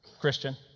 Christian